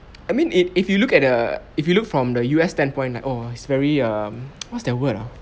I mean it if you look at err if you look from the U_S standpoint like oh it's very um what's that word ah